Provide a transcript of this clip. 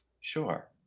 Sure